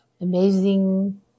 amazing